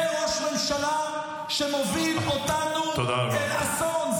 זה ראש ממשלה שמוביל אותנו אל אסון.